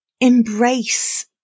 embrace